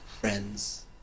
friends